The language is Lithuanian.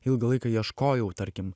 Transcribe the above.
ilgą laiką ieškojau tarkim